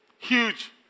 Huge